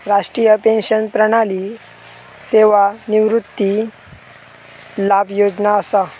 राष्ट्रीय पेंशन प्रणाली सेवानिवृत्ती लाभ योजना असा